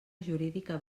jurídica